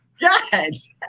Yes